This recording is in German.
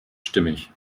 stimmig